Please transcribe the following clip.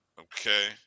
Okay